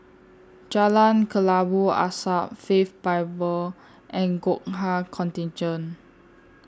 Jalan Kelabu Asap Faith Bible and Gurkha Contingent